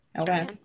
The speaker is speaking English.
Okay